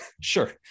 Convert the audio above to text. Sure